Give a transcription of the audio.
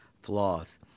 flaws